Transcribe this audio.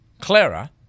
Clara